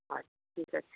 আচ্ছা ঠিক আছে